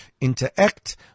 interact